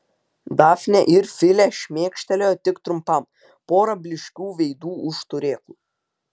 dafnė ir filė šmėkštelėjo tik trumpam pora blyškių veidų už turėklų